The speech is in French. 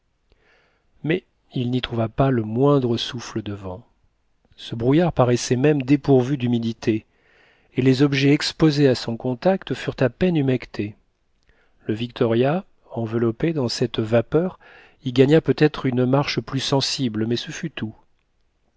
mais il n'y trouva pas le moindre souffle de vent ce brouillard paraissait même dépourvu d'humidité et les objets exposés à son contact furent à peine humectés le victoria enveloppé dans cette vapeur y gagna peut-être une marche plus sensible mais ce fut tout